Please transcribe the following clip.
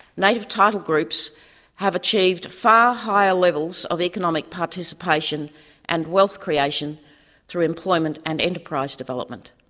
native title groups have achieved far higher levels of economic participation and wealth creation through employment and enterprise development.